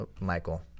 Michael